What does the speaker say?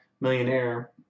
Millionaire